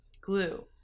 Glue